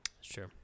Sure